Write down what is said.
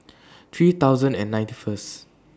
three thousand and ninety First